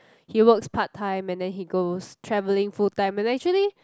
he works part time and then he goes traveling full time and actually